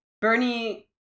Bernie